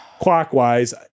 clockwise